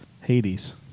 Hades